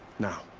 now.